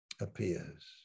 appears